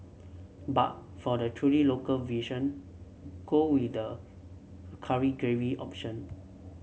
but for the truly local version go with the curry gravy option